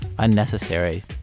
unnecessary